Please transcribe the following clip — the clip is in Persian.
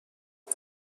زنه